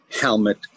helmet